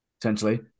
Potentially